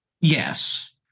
Yes